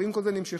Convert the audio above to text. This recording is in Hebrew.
ועם כל זה הם נמשכו